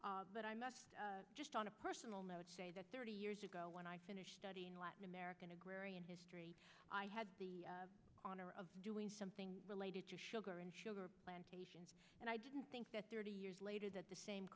but i must just on a personal note say that thirty years ago when i finish studying latin american agrarian history the honor of doing something related to sugar and sugar plantations and i think that thirty years later that the same